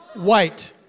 White